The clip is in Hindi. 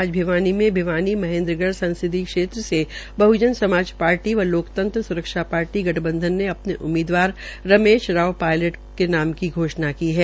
आज भिवानी में भिवानी महेन्द्रगढ़ संसदीय क्षेत्र से बहजन समाज पार्टी व लोकतंत्र स्रक्षा पार्टी गठबंधन ने अपने उम्मीदवार के नाम की घोषणा की है